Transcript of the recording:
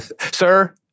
Sir